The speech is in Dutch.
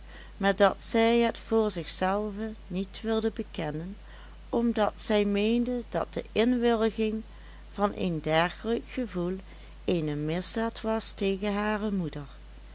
maar dat zij het voor zichzelve niet wilde bekennen omdat zij meende dat de inwilliging van een dergelijk gevoel eene misdaad was tegen hare moeder